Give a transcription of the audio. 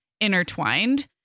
intertwined